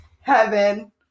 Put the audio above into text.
Heaven